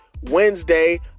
Wednesday